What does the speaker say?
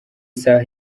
isaha